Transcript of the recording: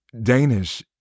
Danish